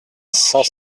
cent